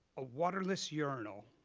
a waterless urinal,